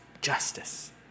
justice